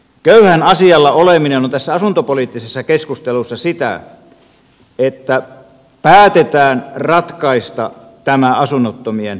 köyhän asialla oleminen on tässä asuntopoliittisessa keskustelussa sitä että päätetään ratkaista tämä asunnottomien ongelma